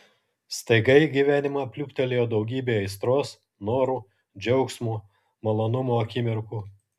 staiga į gyvenimą pliūptelėjo daugybė aistros norų džiaugsmo malonumo akimirkų